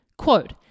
Quote